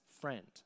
friend